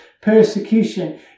persecution